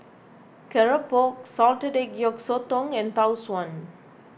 Keropok Salted Egg Yolk Sotong and Tau Suan